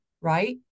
right